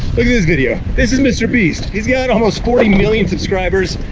like this video. this is mr. beast. he's got almost forty million subscribers.